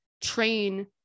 train